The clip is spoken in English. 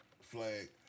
Flag